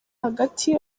hagati